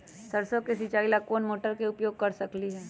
सरसों के सिचाई ला कोंन मोटर के उपयोग कर सकली ह?